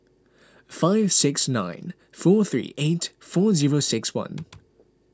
five six nine four three eight four zero six one